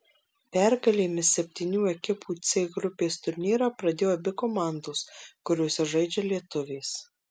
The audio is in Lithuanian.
pergalėmis septynių ekipų c grupės turnyrą pradėjo abi komandos kuriose žaidžia lietuvės